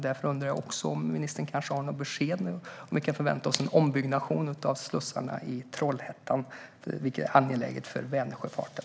Därför undrar jag också om ministern kanske har något besked om detta. Kan vi förvänta oss en ombyggnation av slussarna i Trollhättan, vilket är angeläget för Vänersjöfarten?